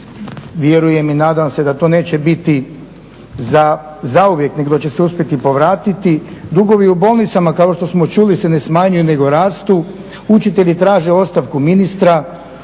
Vjerujem i nadam se da to neće biti zauvijek nego da će se uspjeti povratiti. Dugovi u bolnicama kao što smo čuli se ne smanjuju nego rastu, učitelji traže ostavku ministra.